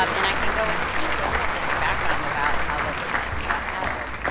um and i can go into just a little bit of background about how this question got added.